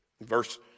Verse